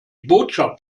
botschaft